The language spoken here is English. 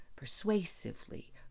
persuasively